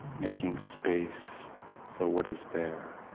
making space for what is there